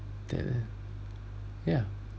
that that ya